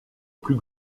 plus